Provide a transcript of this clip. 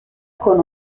con